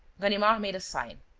ganimard made a sign.